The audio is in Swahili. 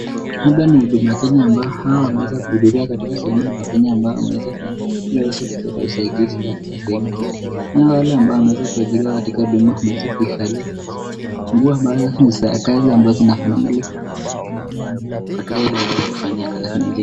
Hapa ni huduma Kenya ambapo hawa wameweza kuhudhuria katika sehemu ya Kenya ambayo wameweza kutoka ili waweze kupata usaidizi katika sehemu hii, nao wale ambao wameweza kuajiriwa katika huduma wameweza kuzivalia nguo ambazo ni za kazi ambazo zinafanana ili wawe katika ile hali ya kufanyia kazi.